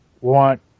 want